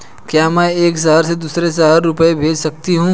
क्या मैं एक शहर से दूसरे शहर रुपये भेज सकती हूँ?